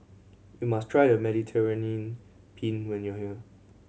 you must try Mediterranean Penne when you are here